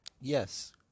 yes